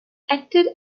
acted